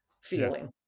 feeling